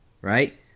Right